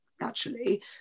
naturally